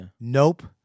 Nope